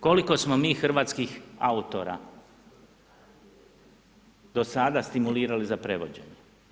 Koliko smo mi hrvatskih autora do sada stimulirali za prevođenje?